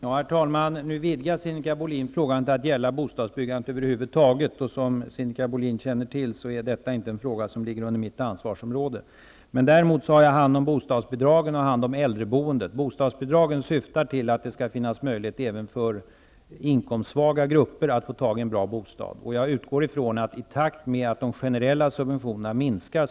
Herr talman! Nu vidgar Sinikka Bohlin frågan till att gälla bostadsbyggandet över huvud taget. Som Sinikka Bohlin känner till är detta inte en fråga som ligger under mitt ansvarsområde. Däremot har jag hand om bostadsbidragen och äldreboendet. Bostadsbidragen syftar till att det skall finnas möjlighet även för inkomstsvaga grupper att få tag i en bra bostad. Jag utgår ifrån att bostadsbidragen kommer att byggas ut i takt med att de generella subventionerna minskar.